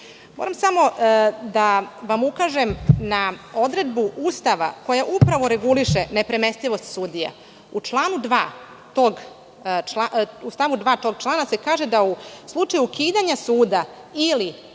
samo da vam ukažem na odredbu Ustava koja reguliše nepremestivost sudija. U stavu 2. tog člana se kaže da u slučaju ukidanja suda ili